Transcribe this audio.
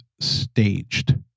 staged